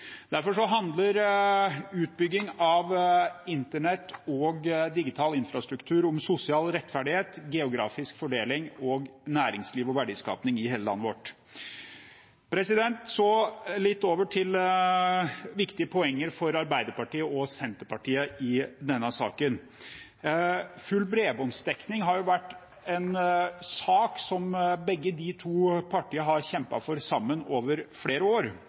Derfor handler utbygging av internett og digital infrastruktur om sosial rettferdighet, geografisk fordeling og næringsliv og verdiskaping i hele landet vårt. Så vil jeg over til viktige poenger for Arbeiderpartiet og Senterpartiet i denne saken. Full bredbåndsdekning har vært en sak som begge de to partiene har kjempet for sammen over flere år,